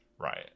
Riot